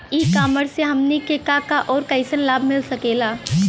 ई कॉमर्स से हमनी के का का अउर कइसन लाभ मिल सकेला?